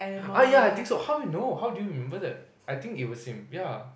!aiya! I think so how you know how do you I think it was him